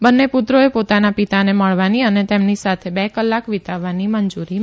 બંને પુત્રોએ પોતાના પિતાને મળવાની અને તેમની સાથે બે કલાક વિતાવવાની મંજૂરી માંગી હતી